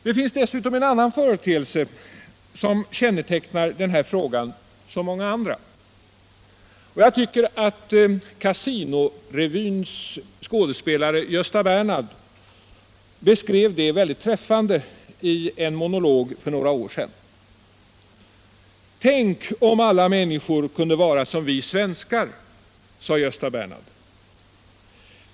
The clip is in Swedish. Det finns dessutom något annat som kännetecknar den här frågan som så många andra, och jag tycker att Casinorevyns skådespelare Gösta Bernhard beskrev det mycket träffande i en monolog för några år sedan. Tänk om alla människor kunde vara som vi svenskar, sade Gösta Bernhard.